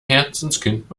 herzenskind